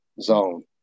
zone